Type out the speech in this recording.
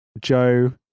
Joe